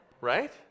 Right